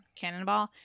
cannonball